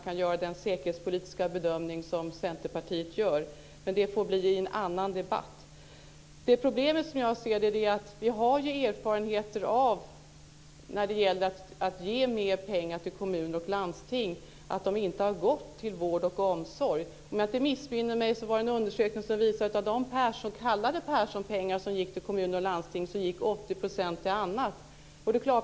Men den diskussionen får föras i en annan debatt. Problemet, som jag ser det, är följande. Vi har ju erfarenheter när det gäller detta med att ge mer pengar till kommuner och landsting - pengarna har inte gått till vård och omsorg. Om jag inte missminner mig finns det en undersökning som visar att av de s.k. 80 % till annat.